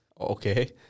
Okay